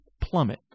plummet